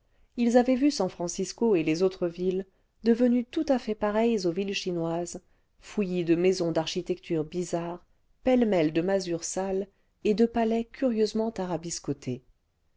ils avaient vu san-francisco et les autres villes devenues tout à fait pareilles aux villes chinoises fouillis de maisons d'architecture bizarre pêle-mêle de masures sales et de palais curieusement